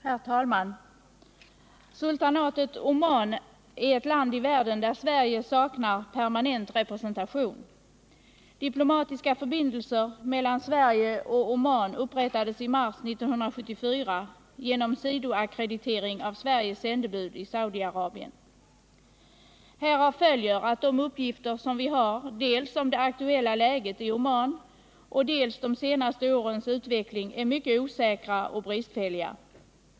Herr talman! Sultanatet Oman är ett land i världen, där Sverige saknar permanent representation. Diplomatiska förbindelser mellan Sverige och Oman upprättades i mars 1974 genom sidoackreditering av Sveriges sändebud i Saudiarabien. Härav följer att de uppgifter vi har dels om det aktuella läget i Oman, dels om de senaste årens utveckling är mycket osäkra och bristfälliga.